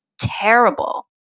terrible